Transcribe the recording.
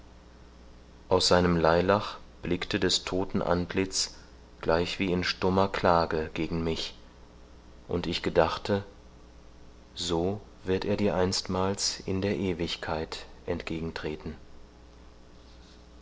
aus seinem leilach blickte des todten antlitz gleichwie in stummer klage gegen mich und ich gedachte so wird er dir einstmals in der ewigkeit entgegentreten